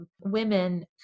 women